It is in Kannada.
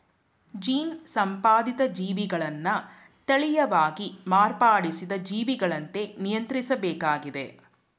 ಜೀನ್ ಸಂಪಾದಿತ ಜೀವಿಗಳನ್ನ ತಳೀಯವಾಗಿ ಮಾರ್ಪಡಿಸಿದ ಜೀವಿಗಳಂತೆ ನಿಯಂತ್ರಿಸ್ಬೇಕಾಗಿದೆ